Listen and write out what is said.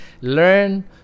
learn